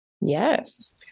Yes